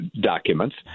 documents